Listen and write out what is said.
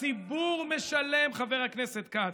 הציבור משלם, חבר הכנסת כץ.